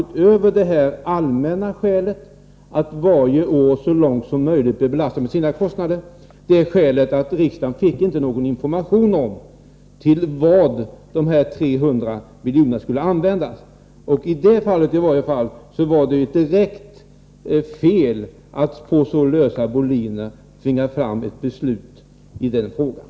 Utöver det allmänna skälet att varje år så långt som möjligt bör belastas med sina kostnader fanns det skälet att riksdagen inte fick någon information till vad de 300 miljonerna skulle användas. I det fallet åtminstone var det ett direkt fel att på så lösa boliner tvinga fram ett beslut i frågan.